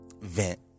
Vent